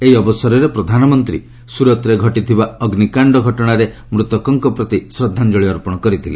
ଏହି ଅବସରରେ ପ୍ରଧାନମନ୍ତ୍ରୀ ସ୍ୱରଟ୍ରେ ଘଟିଥିବା ଅଗ୍ରିକାଣ୍ଡ ଘଟଣାରେ ମୃତକଙ୍କ ପ୍ରତି ଶ୍ରଦ୍ଧାଞ୍ଚଳି ଅର୍ପଣ କରିଥିଲେ